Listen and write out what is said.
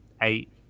eight